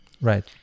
Right